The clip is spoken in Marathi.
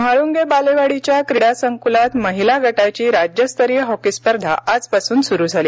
म्हाळंगे बालेवाडीच्या क्रीडा संकुलात महिला गटाची राज्यस्तरीय हॉकी स्पर्धा आजपासुन सुरू झाली